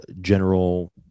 general